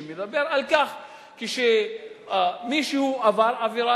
שמדבר על כך שאם מישהו עבר עבירה,